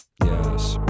yes